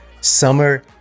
Summer